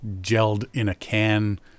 gelled-in-a-can